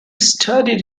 studied